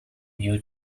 new